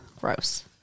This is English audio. gross